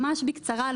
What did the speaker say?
ממש בקצרה,